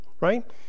right